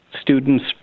students